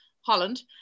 Holland